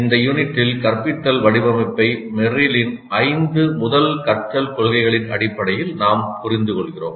இந்த யூனிட்டில் கற்பித்தல் வடிவமைப்பை மெர்ரிலின் ஐந்து முதல் கற்றல் கொள்கைகளின் அடிப்படையில் நாம் புரிந்துகொள்கிறோம்